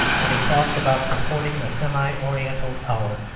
when he talked about supporting a semi-oriental power.